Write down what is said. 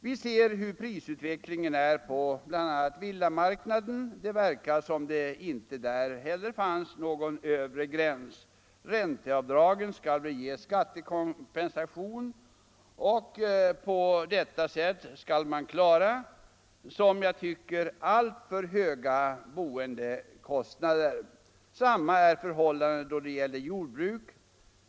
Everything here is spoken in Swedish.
Vi ser hur prisutvecklingen är på villamarknaden. Det verkar som om det inte där heller fanns någon övre gräns. Ränteavdragen skall ge skattekompensation och på detta sätt skall man klara, som jag tycker, alltför höga boendekostnader. Samma är förhållandet då det gäller jordbruk.